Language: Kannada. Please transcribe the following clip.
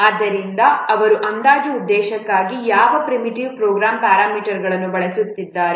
ಆದ್ದರಿಂದ ಅವರು ಅಂದಾಜು ಉದ್ದೇಶಕ್ಕಾಗಿ ಯಾವ ಪ್ರಿಮಿಟಿವ್ ಪ್ರೋಗ್ರಾಮ್ ಪ್ಯಾರಾಮೀಟರ್ಗಳನ್ನು ಬಳಸಿದ್ದಾರೆ